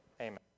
Amen